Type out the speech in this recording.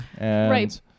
Right